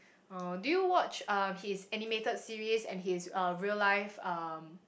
oh do you watch uh his animated series and uh his real life um